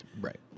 Right